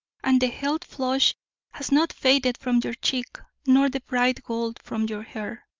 and the health flush has not faded from your cheek nor the bright gold from your hair.